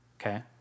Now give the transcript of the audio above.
Okay